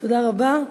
תודה רבה.